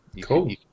Cool